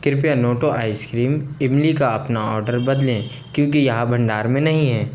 कृपया नोटो आइसक्रीम इमली का अपना ऑर्डर बदलें क्योंकि यह भंडार में नहीं हैं